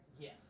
Yes